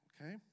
Okay